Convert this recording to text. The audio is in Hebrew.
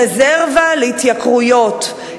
רזרבה להתייקרויות,